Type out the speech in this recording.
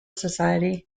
society